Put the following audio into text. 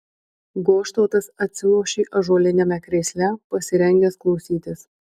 goštautas atsilošė ąžuoliniame krėsle pasirengęs klausytis